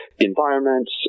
Environments